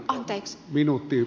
anteeksi puheenjohtaja